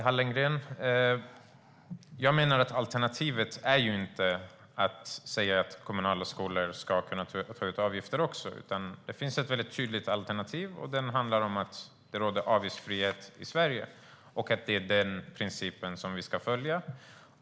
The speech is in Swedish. Herr talman! Alternativet är inte att säga att kommunala skolor också ska kunna ta ut avgifter. Det finns ett tydligt alternativ, och det är att slå fast att det råder avgiftsfrihet i Sverige och att det är den principen vi ska följa.